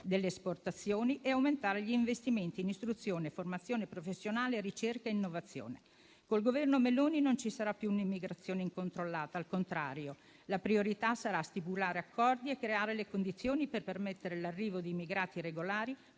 delle esportazioni e aumentare gli investimenti in istruzione, formazione professionale, ricerca e innovazione. Con il Governo Meloni non ci sarà più un'immigrazione incontrollata, al contrario: la priorità sarà stipulare accordi e creare le condizioni per permettere l'arrivo di immigrati regolari